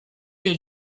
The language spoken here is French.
les